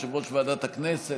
יושב-ראש ועדת הכנסת.